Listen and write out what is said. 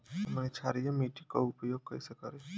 हमनी क्षारीय मिट्टी क उपचार कइसे करी?